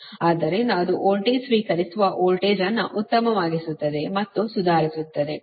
ಆದ್ದರಿಂದಅದು voltage ಸ್ವೀಕರಿಸುವ voltage ಅನ್ನು ಉತ್ತಮವಾಗಿಸುತ್ತದೆ ಮತ್ತು ಸುಧಾರಿಸುತ್ತದೆ